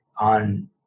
on